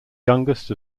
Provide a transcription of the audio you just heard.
youngest